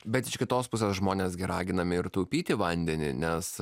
bet iš kitos pusės žmonės gi raginami ir taupyti vandenį nes